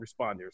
responders